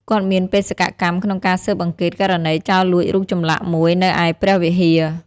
គាត់មានបេសកកម្មក្នុងការស៊ើបអង្កេតករណីចោរលួចរូបចម្លាក់មួយនៅឯព្រះវិហារ។